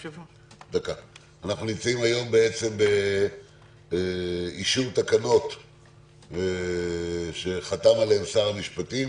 אנחנו נמצאים באישור תקנות שחתם עליהן שר המשפטים.